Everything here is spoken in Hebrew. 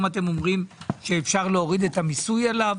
אתם אומרים שאפשר להוריד את המיסוי עליו?